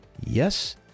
yes